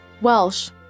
Welsh